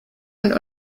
und